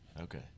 Okay